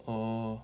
orh